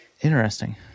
interesting